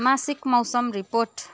मासिक मौसम रिपोर्ट